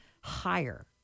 higher